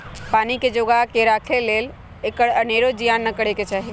पानी के जोगा कऽ राखे लेल एकर अनेरो जियान न करे चाहि